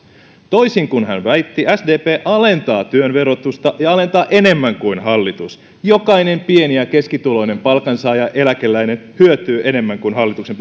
toisin kuin hän väitti sdp alentaa työn verotusta ja alentaa enemmän kuin hallitus jokainen pieni ja keskituloinen palkansaaja eläkeläinen hyötyy enemmän kuin hallituksen